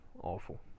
awful